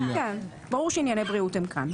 ברור שענייני בריאות הם כאן.